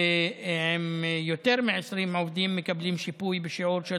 ועם יותר מ-20 עובדים הם מקבלים שיפוי בשיעור של